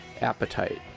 Appetite